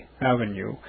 Avenue